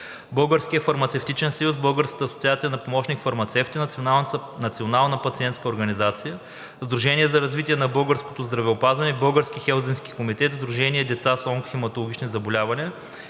Българският фармацевтичен съюз, Българската асоциация на помощник-фармацевтите, Националната пациентска организация, Сдружението за развитие на българското здравеопазване, Българският хелзинкски комитет, Сдружение „Деца с онкохематологични заболявания“